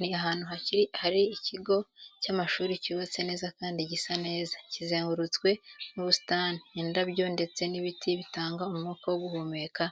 Ni ahantu hari ikigo cy'amashuri cyubatse neza kandi gisa neza, kizengurutswe n'ubusitani, indabyo ndetse n'ibiti bitanga umwuka wo guhumeka